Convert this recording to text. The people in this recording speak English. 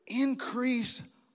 increase